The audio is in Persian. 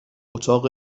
اتاق